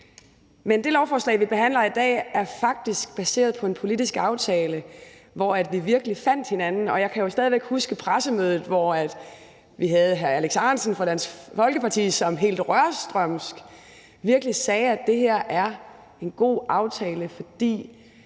Men det lovforslag, vi behandler i dag, er faktisk baseret på en politisk aftale, hvor vi virkelig fandt hinanden. Og jeg kan stadig huske pressemødet, hvor vi havde hr. Alex Ahrendtsen fra Dansk Folkeparti, som helt rørstrømsk sagde, at det her virkelig er en god aftale, fordi